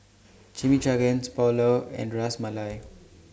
Chimichangas Pulao and Ras Malai